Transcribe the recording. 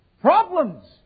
problems